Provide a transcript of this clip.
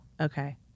Okay